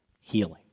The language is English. healing